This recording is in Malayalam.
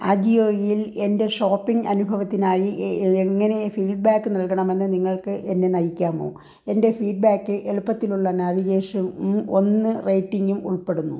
അജിയോയിൽ എൻ്റെ ഷോപ്പിംഗ് അനുഭവത്തിനായി എ എങ്ങനെ ഫീഡ്ബാക്ക് നൽകാമെന്ന് നിങ്ങൾക്ക് എന്നെ നയിക്കാമോ എൻ്റെ ഫീഡ്ബാക്കിൽ എളുപ്പത്തിലുള്ള നാവിഗേഷനും ഒന്ന് റേറ്റിംഗും ഉൾപ്പെടുന്നു